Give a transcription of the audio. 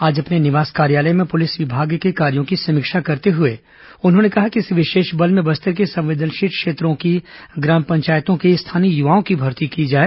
आज अपने निवास कार्यालय में पुलिस विभाग के कार्यो की समीक्षा करते हुए उन्होंने कहा कि इस विशेष बल में बस्तर के संवेदनशील क्षेत्रों की ग्राम पंचायतों के स्थानीय युवाओं की भर्ती की जाए